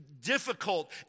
difficult